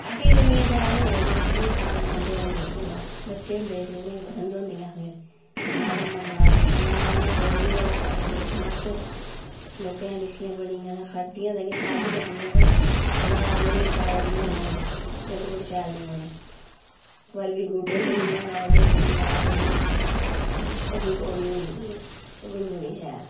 असें ते इन्नियां शैल नी लगदियां अस नी खाना चांह्दे उनें चीजें बा बच्चे होंदे जेह्के उनें पंसद होंदियां अहें बनाओ मम्मां बनाओ बनाना इ'यां शौक बी बड़ा हा कि चलो बनाचै लोकें दिक्खियां बनी दियां ते खाद्दियां ताइयें शैल बी लग्गियां बा बनाना नी तरीका आया कियां बनानी बिलकुल शैल नी बनी इक बारी फ्ही न्युडल लगी बनाना ओह्दे च छड़ी सास होई ओह् बी कौड़ी होई गेई भलेआं ओह् नी बनी शैल